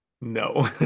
No